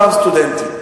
פעם סטודנטים,